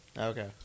Okay